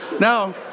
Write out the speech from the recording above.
No